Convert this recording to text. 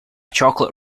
chocolate